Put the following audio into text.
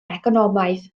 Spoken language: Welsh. economaidd